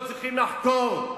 לא צריכים לחקור.